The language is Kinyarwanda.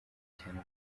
cyane